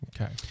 Okay